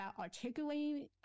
articulating